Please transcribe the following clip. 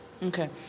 Okay